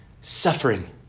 suffering